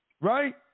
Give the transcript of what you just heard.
Right